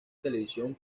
televisión